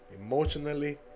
emotionally